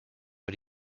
but